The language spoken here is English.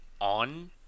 on